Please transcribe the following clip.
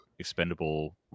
expendable